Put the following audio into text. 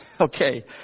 Okay